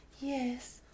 yes